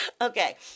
Okay